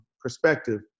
perspective